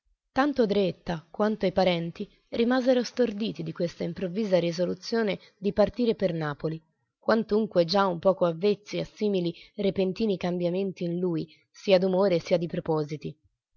tanto dreetta quanto i parenti rimasero storditi di questa improvvisa risoluzione di partire per napoli quantunque già un poco avvezzi a simili repentini cambiamenti in lui sia d'umore sia di propositi